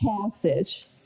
passage